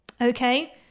Okay